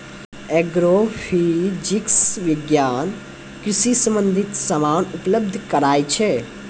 agrophysics विज्ञान कृषि संबंधित समान उपलब्ध कराय छै